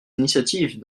initiatives